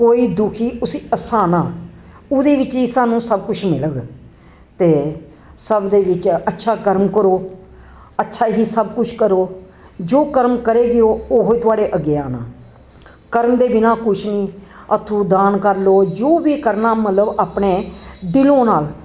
कोई दुखी उसी हसाना ओह्दे बिच्च ही सानूं सब कुछ मिलग ते सब दे बिच्च अच्छा कर्म करो अच्छा ही सब कुछ करो जो कर्म करेगी ओह् ही थोआढ़े अग्गें आना कर्म दे बिना कुछ निं हत्थूं दान कर लो जो बी करना मतलब अपने दिलों नाल